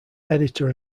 editor